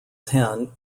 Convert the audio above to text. ten